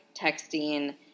texting